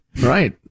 Right